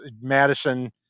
Madison